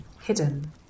hidden